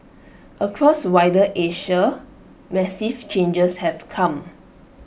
across wider Asia massive changes have come